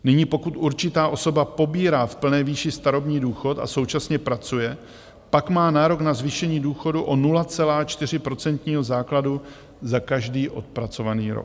Nyní pokud určitá osoba pobírá v plné výši starobní důchod a současně pracuje, pak má nárok na zvýšení důchodu o 0,4 procentního základu za každý odpracovaný rok.